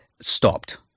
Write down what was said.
stopped